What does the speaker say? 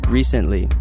Recently